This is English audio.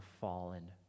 fallen